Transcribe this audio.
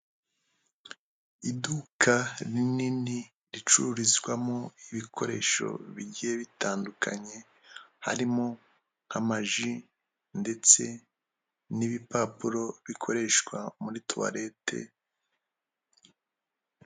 Iduka rinini ricururizwamo ibikoresho bigiye bitandukanye, harimo nk' amaji ndetse n'ibipapuro bikoreshwa muri tuwarete.